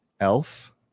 Elf